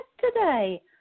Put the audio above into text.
today